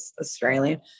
Australian